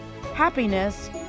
happiness